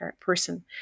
person